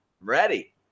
Ready